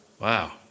Wow